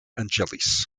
angelis